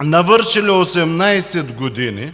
навършили 18 години,